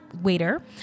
waiter